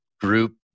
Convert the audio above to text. group